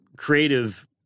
creative